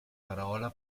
parola